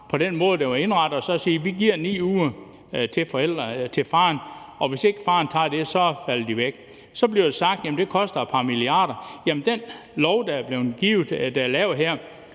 på den måde, det var indrettet, og så sige, at vi giver 9 uger til faren, og hvis ikke faren tager dem, så falder de væk. Så bliver der sagt, at det koster et par milliarder. Men den lov, der er blevet lavet her, er udvidet